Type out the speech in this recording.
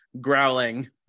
Growling